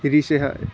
रिसेह